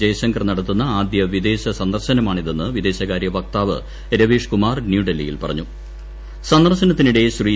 ജയശ്രങ്കർ നടത്തുന്ന ആദ്യ വിദേശ സന്ദർശനമാണിതെന്ന് വീദേശകാരൃ വക്താവ് രവീഷ്കുമാർ ന്യൂഡൽഹിയിൽ പറഞ്ഞു് സന്ദർശനത്തിനിടെ ശ്രീ